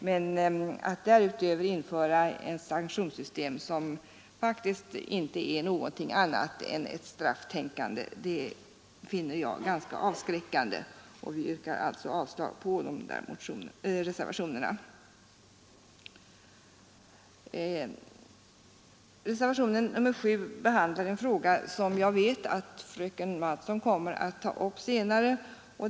Men att därutöver införa ett sanktionssystem som faktiskt inte är något annat än ett strafftänkande finner jag ganska avskräckande. Vi yrkar därför avslag på dessa reservationer. I reservationen 7 behandlas en fråga som jag vet att fröken Mattson kommer att ta upp senare.